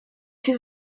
się